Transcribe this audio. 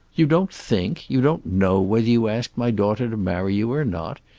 you don't think! you don't know whether you asked my daughter to marry you or not!